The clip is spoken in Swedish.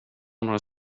några